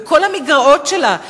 וכל המגרעות שלה,